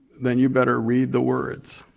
then you better read the words.